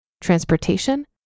Transportation